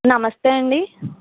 నమస్తే అండి